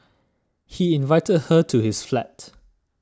he invited her to his flat